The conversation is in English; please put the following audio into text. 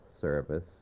Service